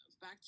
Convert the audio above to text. Back